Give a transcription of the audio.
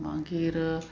मागीर